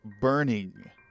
burning